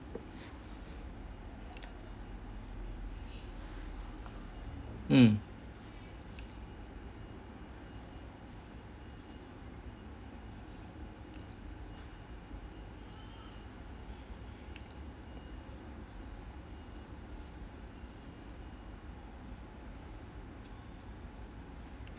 mm